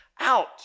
out